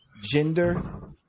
gender